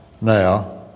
now